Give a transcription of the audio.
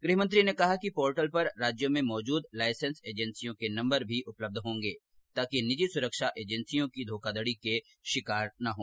गृहमंत्री ने कहा कि पोर्टल पर राज्यों में मौजूद लाइसेंस्ड एर्जेसियों के नम्बर भी उपलब्ध होंगे ताकि निजी सुरक्षा एजेंसियों की धोखाधड़ी के शिकार न हों